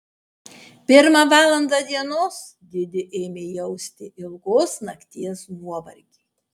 pirmą valandą dienos didi ėmė jausti ilgos nakties nuovargį